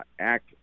act